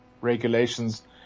regulations